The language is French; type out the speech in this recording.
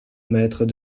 mètres